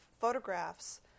photographs